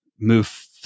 move